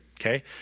okay